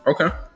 Okay